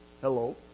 Hello